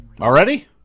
Already